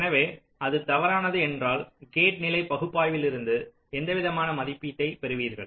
எனவே அது தவறானது என்றால் கேட் நிலை பகுப்பாய்விலிருந்து எந்தவிதமான மதிப்பீட்டை பெறுவீர்கள்